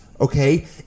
okay